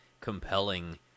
compelling